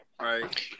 right